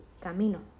camino